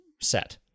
set